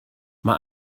mae